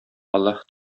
аллаһы